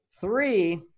Three